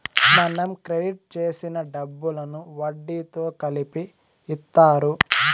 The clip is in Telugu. మనం క్రెడిట్ చేసిన డబ్బులను వడ్డీతో కలిపి ఇత్తారు